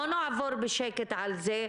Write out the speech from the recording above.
לא נעבור בשקט על זה,